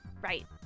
Right